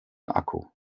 akku